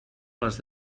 les